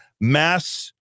mass